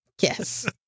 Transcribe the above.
Yes